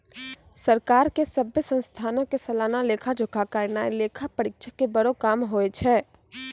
सरकार के सभ्भे संस्थानो के सलाना लेखा जोखा करनाय लेखा परीक्षक के बड़ो काम होय छै